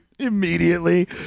Immediately